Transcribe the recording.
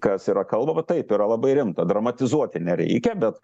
kas yra kalbama taip yra labai rimta dramatizuoti nereikia bet